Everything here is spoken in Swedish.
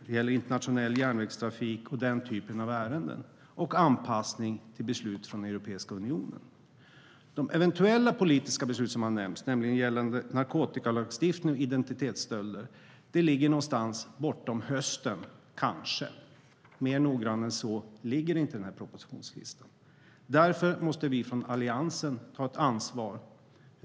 Det gäller internationell järnvägstrafik och den typen av ärenden och anpassning till beslut från Europeiska unionen. De eventuella politiska beslut som har nämnts, som handlar om narkotikalagstiftning och identitetsstölder, ligger någonstans bortom hösten - kanske. Mer noggrant än så ligger inte propositionslistan. Därför måste vi från Alliansen ta ett ansvar.